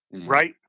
Right